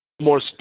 more